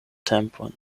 tempon